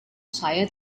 saya